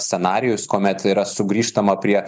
scenarijus kuomet yra sugrįžtama prie